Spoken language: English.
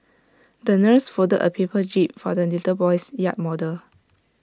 the nurse folded A paper jib for the little boy's yacht model